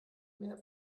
mehr